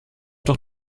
doch